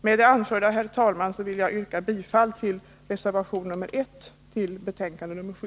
Med det anförda, herr talman, ber jag att få yrka bifall till reservation 1 vid socialförsäkringsutskottets betänkande nr 7.